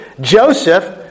Joseph